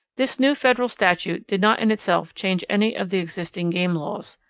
this new federal statute did not in itself change any of the existing game laws,